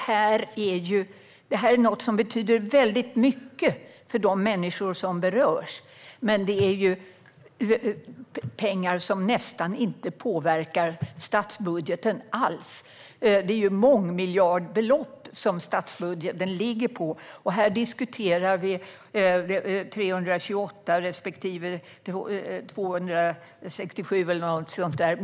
Fru talman! Detta betyder väldigt mycket för de människor som berörs, men det är pengar som nästan inte påverkar statsbudgeten alls. Statsbudgeten ligger på mångmiljardbelopp, och här diskuterar vi 328 respektive 267 miljoner kronor.